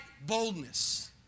boldness